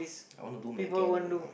I want to do mechanic